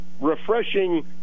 refreshing –